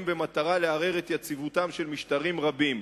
במטרה לערער את יציבותם של משטרים רבים,